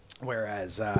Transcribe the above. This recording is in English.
Whereas